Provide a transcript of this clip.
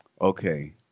Okay